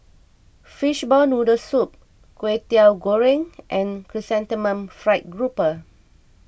Fishball Noodle Soup Kwetiau Goreng and Chrysanthemum Fried Grouper